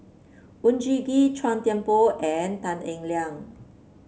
Oon Jin Gee Chua Thian Poh and Tan Eng Liang